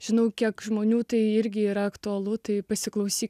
žinau kiek žmonių tai irgi yra aktualu tai pasiklausyk